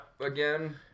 again